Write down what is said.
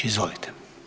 Izvolite.